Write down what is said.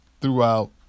throughout